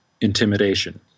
intimidation